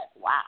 wow